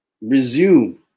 resume